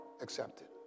accepted